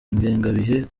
ngengabihe